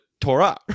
Torah